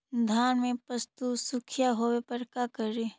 धान मे पत्सुखीया होबे पर का करि?